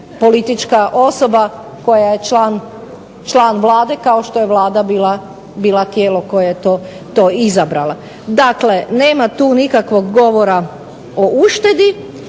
politička osoba koja je član Vlade kao što je Vlada bilo tijelo koje je to izabrala. Dakle, nema tu nikakvog govora o uštedi,